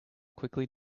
quickly